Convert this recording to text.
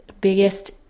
biggest